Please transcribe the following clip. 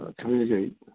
Communicate